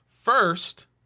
First